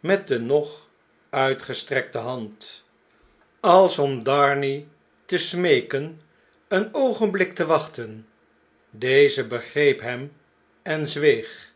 met de nog uitgestrekte hand als om darnay te smeeken een oogenblik te wachten deze begreep hem en zweeg